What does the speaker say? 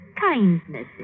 Kindnesses